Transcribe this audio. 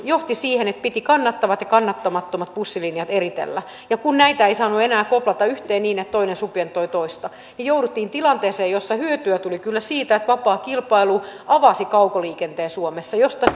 johti siihen että piti kannattavat ja kannattamattomat bussilinjat eritellä ja kun näitä ei saanut enää koplata yhteen niin että toinen subventoi toista niin jouduttiin tilanteeseen jossa hyötyä tuli kyllä siitä että vapaa kilpailu avasi kaukoliikenteen suomessa mistä